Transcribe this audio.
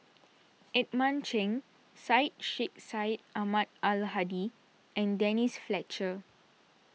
Edmund Cheng Syed Sheikh Syed Ahmad Al Hadi and Denise Fletcher